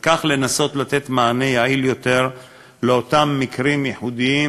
וכך לנסות לתת מענה יעיל יותר לאותם מקרים ייחודיים